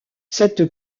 cette